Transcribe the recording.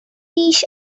بیش